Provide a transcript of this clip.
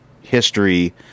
history